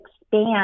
expand